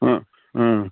অঁ অঁ